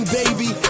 baby